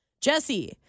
Jesse